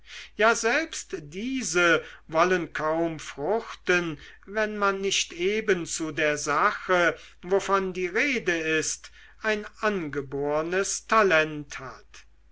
ja selbst diese wollen kaum fruchten wenn man nicht eben zu der sache wovon die rede ist ein angebornes talent hat